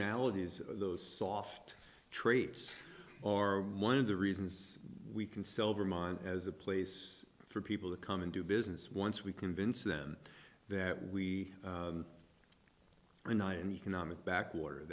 nowadays those soft traits are one of the reasons we can sell vermont as a place for people to come and do business once we convince them that we are night and economic backwater